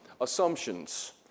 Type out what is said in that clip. assumptions